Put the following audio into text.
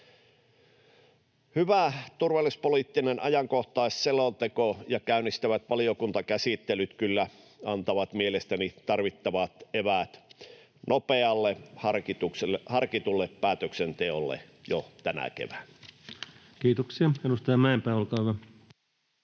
Hyvä turvallisuuspoliittinen ajankohtaisselonteko ja käynnistyvät valiokuntakäsittelyt kyllä antavat mielestäni tarvittavat eväät nopealle, harkitulle päätöksenteolle jo tänä keväänä. [Speech 141] Speaker: